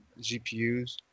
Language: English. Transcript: GPUs